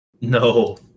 no